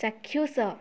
ଚାକ୍ଷୁଷ